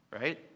right